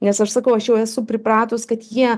nes aš sakau aš jau esu pripratus kad jie